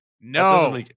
No